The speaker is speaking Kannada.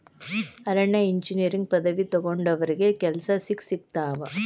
ಅರಣ್ಯ ಇಂಜಿನಿಯರಿಂಗ್ ಪದವಿ ತೊಗೊಂಡಾವ್ರಿಗೆ ಕೆಲ್ಸಾ ಸಿಕ್ಕಸಿಗತಾವ